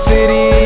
City